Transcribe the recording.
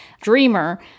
Dreamer